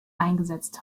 eingesetzt